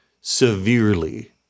severely